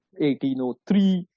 1803